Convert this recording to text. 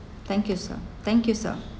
thank you sir thank you sir